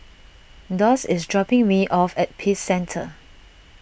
Doss is dropping me off at Peace Centre